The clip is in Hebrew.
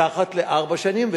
מתחת לארבע שנים,